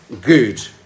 good